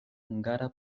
hungara